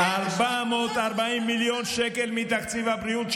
108, 440 מיליון שקלים מתקציב הבריאות.